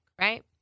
Right